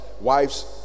Wives